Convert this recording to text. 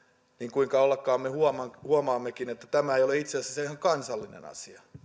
kuinka ollakaan me huomaammekin että tämä ei ole itse asiassa ihan kansallinen asia